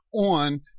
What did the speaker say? on